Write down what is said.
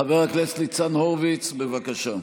חבר הכנסת ניצן הורוביץ, בבקשה.